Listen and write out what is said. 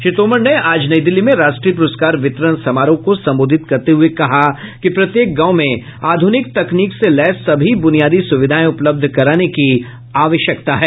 श्री तोमर ने आज नई दिल्ली में राष्ट्रीय पुरस्कार वितरण समारोह को संबोधित करते हुए कहा कि प्रत्येक गांव में आध्रनिक तकनीक से लैस सभी बुनियादी सुविधाएं उपलब्ध कराने की आवश्यकता है